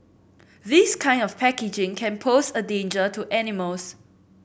this kind of packaging can pose a danger to animals